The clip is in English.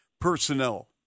personnel